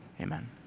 Amen